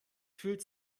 fühlt